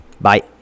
Bye